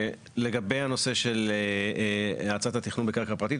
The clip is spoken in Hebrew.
לגבי הנושא של הצעת התכנון בקרקע פרטית,